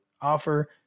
offer